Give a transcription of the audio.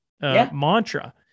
Mantra